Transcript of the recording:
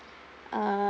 uh